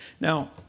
Now